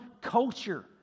culture